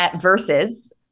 versus